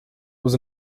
was